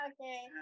Okay